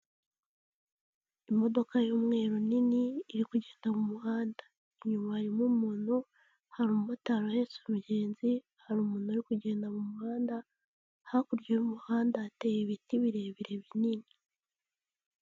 Imodoka y'umweru nini iri kugenda mu muhanda, inyuma harimo umuntu, hari umu motari uhetse umugenzi, hari umuntu uri kugenda mu muhanda, hakurya y'umuhanda hateye ibiti birebire binini.